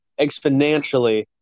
exponentially